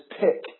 pick